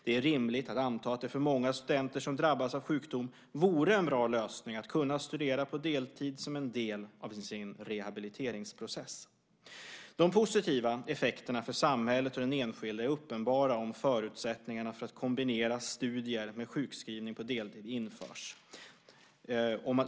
Det är rimligt att anta att det för många studenter som drabbas av sjukdom vore en bra lösning att kunna studera på deltid som en del av sin rehabiliteringsprocess. De positiva effekterna för samhället och den enskilde är uppenbara om förutsättningarna för att kombinera studier med sjukskrivning på deltid införs.